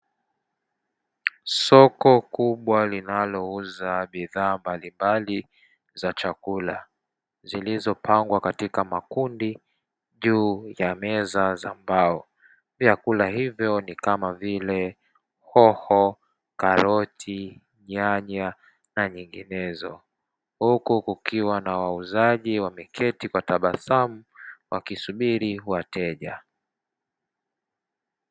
Soko kubwa linalouza bidhaa mbalimbali za chakula zilizopangwa kwa makundi juu ya meza za mbao pia kama hivyo ni kamavile hoho, karoti, nyanya na bidhaa nyinginezo. Huku kukiwa na wauzaji wakiwa wameketi kwa tabasamu wakisubiri wateja.